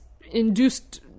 induced